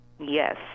Yes